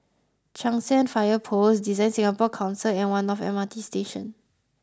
Cheng San Fire Post DesignSingapore Council and One North M R T Station